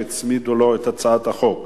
שהצמידו את הצעת החוק שלו.